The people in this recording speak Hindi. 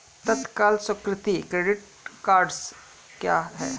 तत्काल स्वीकृति क्रेडिट कार्डस क्या हैं?